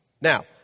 Now